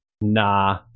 nah